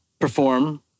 perform